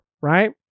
right